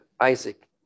Isaac